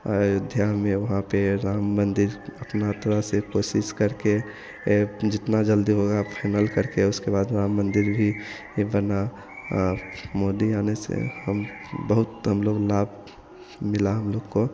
अयोध्या में वहाँ पर राम मन्दिर अपना तो ऐसे कोशिश करके जितनी जल्दी होगा आप फाइनल करके उसके बाद राम मन्दिर भी यह बना मोदी आने से हम बहुत हमलोग लाभ मिला हमलोग को